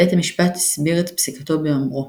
בית המשפט הסביר את פסיקתו באומרו